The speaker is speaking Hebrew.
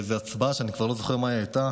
באיזו הצבעה שאני כבר לא זוכר על מה היא הייתה,